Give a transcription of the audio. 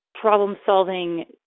problem-solving